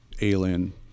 alien